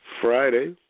Friday